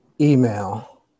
Email